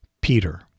Peter